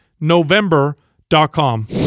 November.com